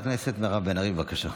חברת הכנסת מירב בן ארי, בבקשה.